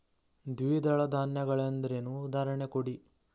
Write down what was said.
ದ್ವಿದಳ ಧಾನ್ಯ ಗಳೆಂದರೇನು, ಉದಾಹರಣೆ ಕೊಡಿ?